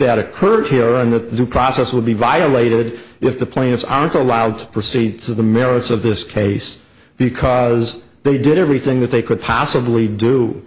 that occurred here and the process would be violated if the plaintiffs aren't allowed to proceed to the merits of this case because they did everything that they could possibly do